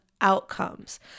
outcomes